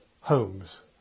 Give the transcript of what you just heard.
homes